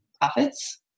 profits